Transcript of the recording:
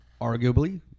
arguably